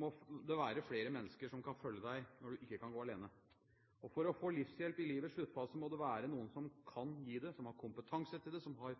må det være flere mennesker som kan følge deg når du ikke kan gå alene. Og for å få livshjelp i livets sluttfase må det være noen som kan gi det, som har kompetanse til det og som har